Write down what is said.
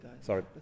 Sorry